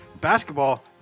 Basketball